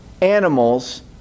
animals